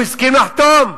הוא הסכים לחתום?